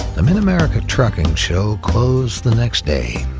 the mid-america trucking show closed the next day.